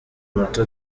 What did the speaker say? umuto